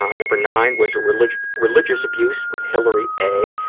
um number nine was religious religious abuse with hilary a.